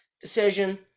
decision